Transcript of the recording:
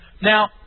Now